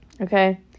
okay